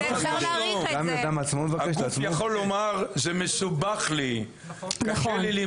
וגם הגוף יכול לומר "זה מסובך לי, קשה לי למצוא".